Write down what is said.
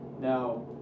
Now